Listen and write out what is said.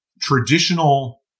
traditional